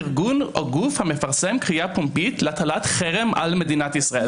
ארגון או גוף המפרסם קריאה פומבית להטלת חרם על מדינת ישראל.